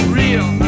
real